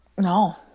No